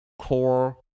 core